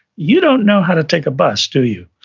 you don't know how to take a bus do you?